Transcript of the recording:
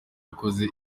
wakoze